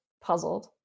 puzzled